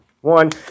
one